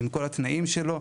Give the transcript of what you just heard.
עם כל התנאים שלו.